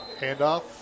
Handoff